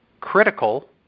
critical